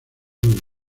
duda